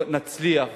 נצליח